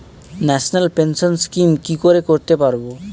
National pension scheme কি করে করতে পারব?